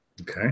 Okay